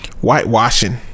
Whitewashing